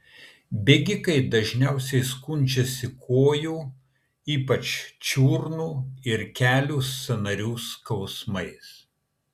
bėgikai dažniausiai skundžiasi kojų ypač čiurnų ir kelių sąnarių skausmais